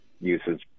uses